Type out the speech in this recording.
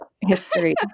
history